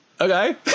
Okay